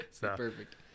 perfect